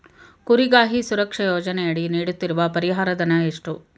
ಕುರಿಗಾಹಿ ಸುರಕ್ಷಾ ಯೋಜನೆಯಡಿ ನೀಡುತ್ತಿರುವ ಪರಿಹಾರ ಧನ ಎಷ್ಟು?